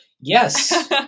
Yes